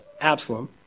Absalom